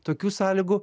tokių sąlygų